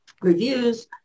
reviews